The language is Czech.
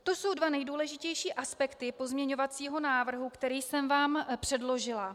To jsou dva nejdůležitější aspekty pozměňovacího návrhu, který jsem vám předložila.